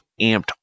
amped